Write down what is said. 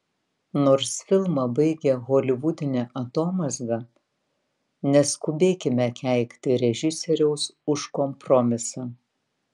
nors filmą baigia holivudinė atomazga neskubėkime keikti režisieriaus už kompromisą